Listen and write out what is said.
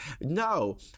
No